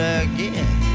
again